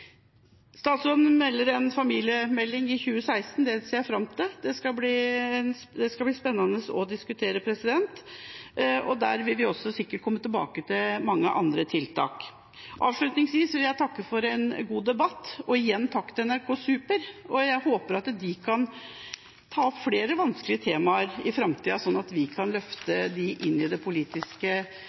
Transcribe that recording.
Statsråden varsler en familiemelding i 2016, og det ser jeg fram til. Det skal bli spennende å diskutere den, og der vil vi sikkert også komme tilbake til mange andre tiltak. Avslutningsvis vil jeg takke for en god debatt, og igjen takk til NRK Super. Jeg håper at de kan ta opp flere vanskelige temaer i framtida, slik at vi kan løfte dem inn i det politiske